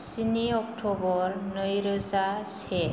स्नि अक्ट'बर नैरोजा से